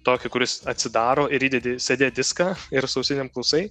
tokį kuris atsidaro ir įdedi cd diską ir su ausinėm klausai